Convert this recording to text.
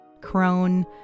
crone